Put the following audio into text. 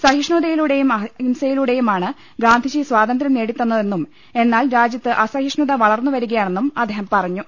സഹിഷ്ണുതയിലൂടെയും അഹിംസയിലൂടെയുമാണ് ഗാന്ധിജി സ്വാതന്ത്യം നേടിത്തന്നതെന്നും എന്നാൽ രാജ്യത്ത് അസഹിഷ്ണുത വളർന്നുവരികയാണെന്നും അദ്ദേഹം പറഞ്ഞു